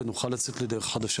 המוסד לביטוח לאומי היא לא נמצאת.